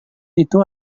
itu